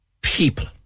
people